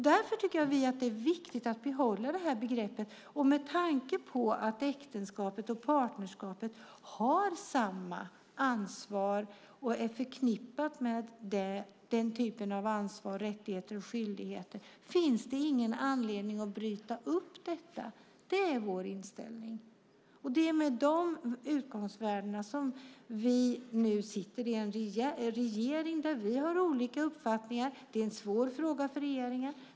Därför tycker vi att det är viktigt att behålla det här begreppet. Med tanke på att äktenskapet och partnerskapet har samma ansvar och är förknippat med den typen av ansvar, rättigheter och skyldigheter finns det ingen anledning att bryta upp detta. Det är vår inställning. Det är med de utgångsvärdena som vi nu sitter i en regering där vi har olika uppfattningar. Det är en svår fråga för regeringen.